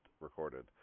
recorded